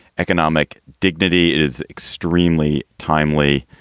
economic dignity is extremely timely.